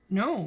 no